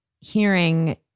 hearing